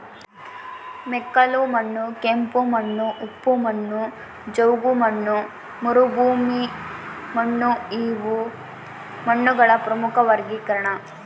ಮೆಕ್ಕಲುಮಣ್ಣು ಕೆಂಪುಮಣ್ಣು ಉಪ್ಪು ಮಣ್ಣು ಜವುಗುಮಣ್ಣು ಮರುಭೂಮಿಮಣ್ಣುಇವು ಮಣ್ಣುಗಳ ಪ್ರಮುಖ ವರ್ಗೀಕರಣ